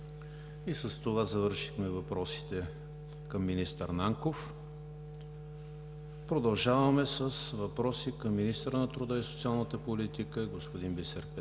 С това завършиха въпросите към министър Нанков. Продължаваме с въпроси към министъра на труда и социалната политика господин Бисер Петков